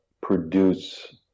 produce